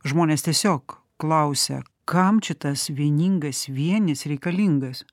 žmonės tiesiog klausia kam čia tas vieningas vienis reikalingas